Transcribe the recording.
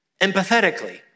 empathetically